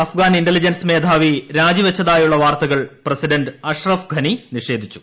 Afghan intelligence മേധാവി രാജിവച്ചതായുള്ള വാർത്തകൾ പ്രസി ഡന്റ് അഷ്റഫ് ഘനി നിഷേധിച്ചു